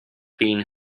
been